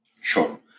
Sure